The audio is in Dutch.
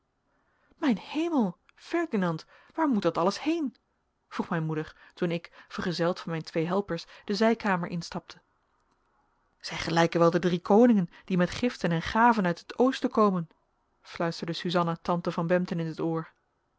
mijn hemel ferdinand waar moet dat alles heen vroeg mijn moeder toen ik vergezeld van mijn twee helpers de zijkamer instapte zij gelijken wel de drie koningen die met giften en gaven uit het oosten komen fluisterde suzanna tante van bempden in t oor